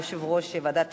יושב-ראש ועדת החוקה,